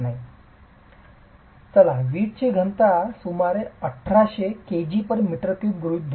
चला वीटची घनता वीटची घनता सुमारे 1800 kgm3 गृहित धरू